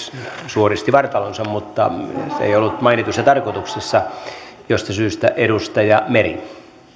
suoristi vartalonsa mutta se ei ollut mainitussa tarkoituksessa mistä syystä edustaja meri